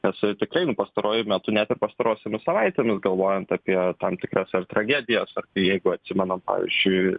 nes tikrai nu pastaruoju metu ne ir pastarosiomis savaitėmis galvojant apie tam tikras ar tragedijas ar tai jeigu atsimenam pavyzdžiui